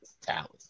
talent